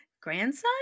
Grandson